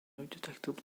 detectable